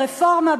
ברפורמה,